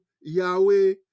Yahweh